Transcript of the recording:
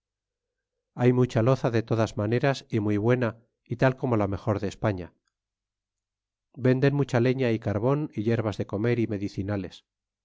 hay mucha loza de todas maneras y a muy buena y tal como la mejor de españa venden mucha leña y carbon y yerbas de comer y medicinales